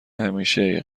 همیشه